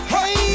Hey